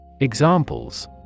Examples